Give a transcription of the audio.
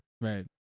Right